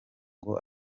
ngo